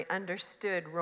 understood